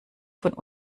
von